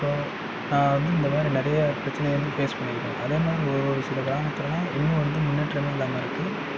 so நான் வந்து இந்தமாதிரி நிறையா பிரச்சனையை வந்து ஃபேஸ் பண்ணியிருக்கேன் அதேமாதிரி ஒரு சில கிராமத்திலலாம் இன்னும் வந்து முன்னேற்றமே இல்லாமல் இருக்குது